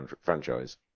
franchise